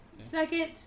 Second